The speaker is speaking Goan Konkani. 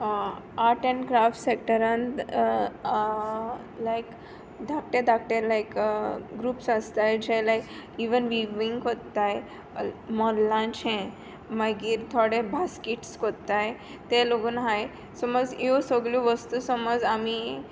आर्ट एंड क्राफ्ट सेक्टरांत लायक धाकटे धाकटे लायक ग्रुप्स आसताय जे लायक इवन विव्हींग कोत्ताय मोल्लांचें मागीर थोडे बास्कीट्स कोत्ताय ते लोगून आहाय सोमोज ह्यो सगल्यो वोस्तू समज आमी